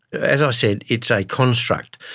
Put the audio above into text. as i said, it's a construct.